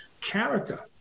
character